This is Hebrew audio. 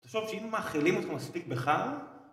תחשוב שאם מאכילים אותך מספיק בחרא